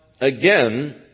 again